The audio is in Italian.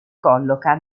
colloca